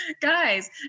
guys